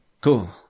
cool